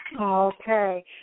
Okay